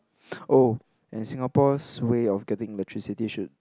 oh and Singapore's way of getting electricity should